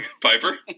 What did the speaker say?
Piper